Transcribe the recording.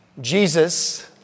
Jesus